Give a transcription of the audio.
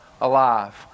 alive